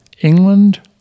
england